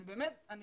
אני